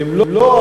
אם לא,